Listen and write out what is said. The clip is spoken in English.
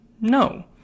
no